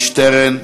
שטרן?